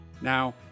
Now